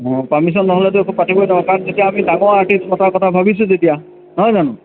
অঁ পাৰ্মিশন নহ'লেতো একো পাতিবই নোৱাৰ কাৰণ এতিয়া আমি ডাঙৰ আৰ্টিষ্ট মতাৰ কথা ভাবিছোঁ তেতিয়া নহয় জানো